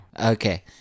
Okay